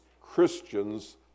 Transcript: Christians